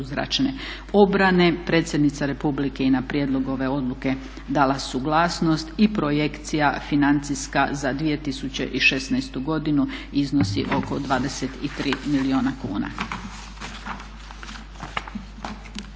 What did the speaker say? protuzračne obrane. Predsjednica Republike je na prijedlog ove odluke dala suglasnost i projekcija financijska za 2016. godinu iznosi oko 23 milijuna kuna.